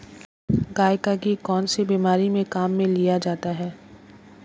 गाय का घी कौनसी बीमारी में काम में लिया जाता है?